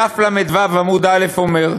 בדף ל"ו, עמוד א', אומר: